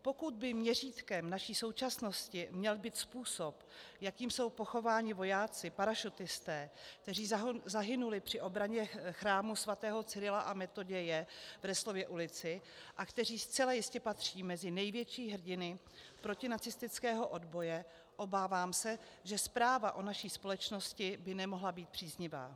Pokud by měřítkem naší současnosti měl být způsob, jakým jsou pochováni vojáci, parašutisté, kteří zahynuli při obraně chrámu svatého Cyrila a Metoděje v Resslově ulici a kteří zcela jistě patří mezi největší hrdiny protinacistického odboje, obávám se, že zpráva o naší společnosti by nemohla být příznivá.